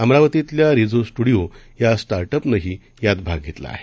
अमरावतीतल्या Rizo studio या स्टार्टअपनंही यात भाग घेतला आहे